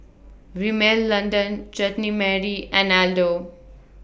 Rimmel London Chutney Mary and Aldo